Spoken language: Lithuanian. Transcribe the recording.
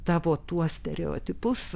tavo tuos stereotipus